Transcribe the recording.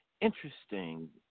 Interesting